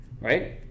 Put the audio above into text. right